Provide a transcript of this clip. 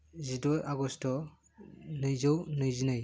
जिद' आगष्ट नैजौ नैजिनै